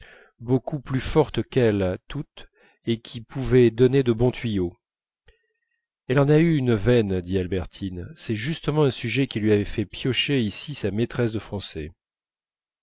beaucoup plus forte qu'elles toutes et qui pouvait lui donner de bons tuyaux elle en a eu une veine dit albertine c'est justement un sujet que lui avait fait piocher ici sa maîtresse de français